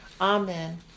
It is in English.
Amen